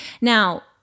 Now